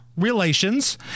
relations